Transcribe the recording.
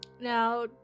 Now